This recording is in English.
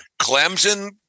Clemson